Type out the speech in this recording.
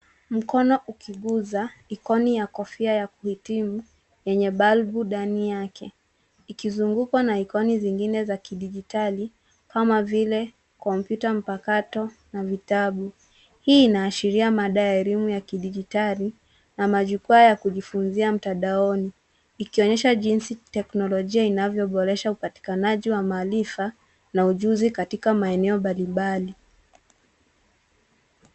Mkono ukiguza ikoni ya kofia ya kuhitimu yenye balbu ndani yake, ikizingukwa na ikoni zingine za kidijitali kama vile kompyuta mpakato na vitabu. Hii inaashiria mada ya elimu ya kidijitali na majukwaa ya kujifunzia mtandaoni ikionyesha jinsi teknolojia inavyoboresha upatikanaji wa maarifa na ujuzi katika maeneo mbalimbali.